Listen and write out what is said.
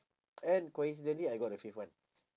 and coincidentally I got the fifth one